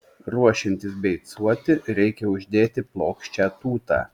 ruošiantis beicuoti reikia uždėti plokščią tūtą